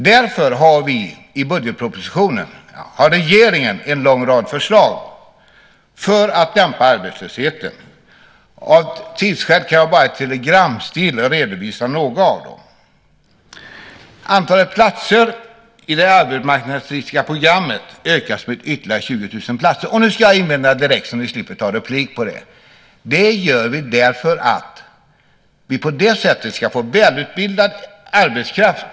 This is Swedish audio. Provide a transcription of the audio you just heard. Därför har regeringen i budgetpropositionen en lång rad förslag för att dämpa arbetslösheten. Av tidsskäl kan jag bara i telegramstil redovisa några av dem. Antalet platser i det arbetsmarknadspolitiska programmet utökas med ytterligare 20 000. Jag ska direkt möta det så att ni slipper ta replik på det. Vi gör nämligen detta därför att vi på det sättet ska få välutbildad arbetskraft.